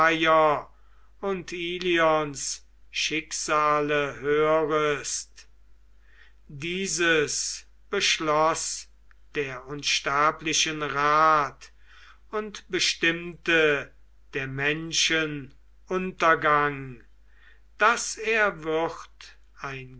und ilions schicksale hörest dieses beschloß der unsterblichen rat und bestimmte der menschen untergang daß er würd ein